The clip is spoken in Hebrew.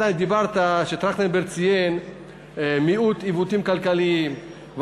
אתה אמרת שטרכטנברג ציין מיעוט עיוותים כלכליים,